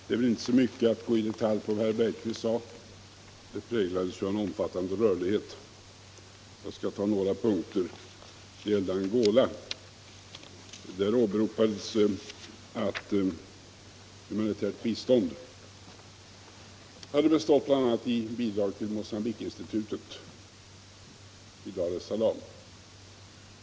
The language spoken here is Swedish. Herr talman! Vad herr Bergqvist sade är väl inte så mycket att gå in i detalj på — det präglades ju av en omfattande rörlighet. Jag skall ta några punkter. När det gällde Angola åberopades att humanitärt bistånd hade beståtts bl.a. i bidrag till Mogambiqueinstitutet i Dar es Salaam.